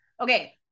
Okay